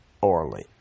orally